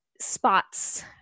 spots